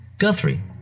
Guthrie